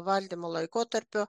valdymo laikotarpiu